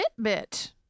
Fitbit